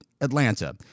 Atlanta